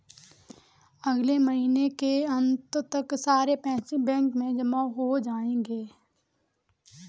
अगले महीने के अंत तक सारे पैसे बैंक में जमा हो जायेंगे